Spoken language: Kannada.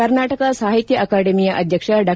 ಕರ್ನಾಟಕ ಸಾಹಿತ್ಯ ಅಕಾಡಮಿಯ ಅಧ್ಯಕ್ಷ ಡಾ